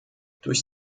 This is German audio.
durch